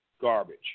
garbage